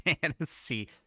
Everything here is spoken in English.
Fantasy